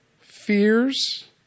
Fears